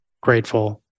grateful